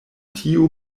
tiu